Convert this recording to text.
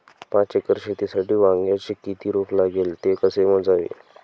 पाच एकर शेतीसाठी वांग्याचे किती रोप लागेल? ते कसे मोजावे?